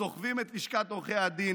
סוחבים את לשכת עורכי הדין,